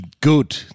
good